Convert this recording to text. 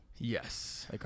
Yes